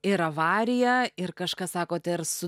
ir avarija ir kažkas sakote ir su